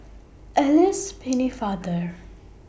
Alice Pennefather